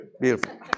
Beautiful